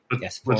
Yes